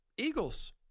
Eagles